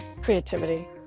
creativity